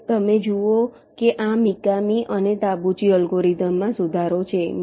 હવે તમે જુઓ કે આ મિકામી અને તાબૂચી અલ્ગોરિધમમાં સુધારો છે